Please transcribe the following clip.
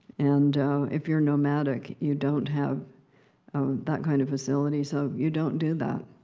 and if you're nomadic, you don't have that kind of facility, so you don't do that.